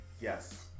Yes